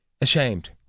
ashamed